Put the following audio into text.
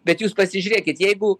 bet jūs pasižiūrėkit jeigu